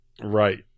Right